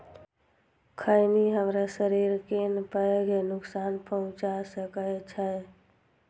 खैनी हमरा शरीर कें पैघ नुकसान पहुंचा सकै छै